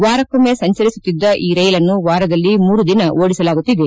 ವಾರಕ್ಕೊಮ್ಮೆ ಸಂಚರಿಸುತ್ತಿದ್ದ ಈ ರೈಲನ್ನು ವಾರದಲ್ಲಿ ಮೂರು ದಿನ ಓಡಿಸಲಾಗುತ್ತಿದೆ